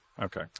okay